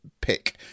pick